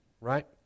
right